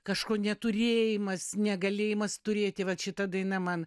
kažko neturėjimas negalėjimas turėti vat šita daina man